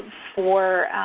for